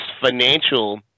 financial